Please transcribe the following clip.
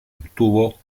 obtuvo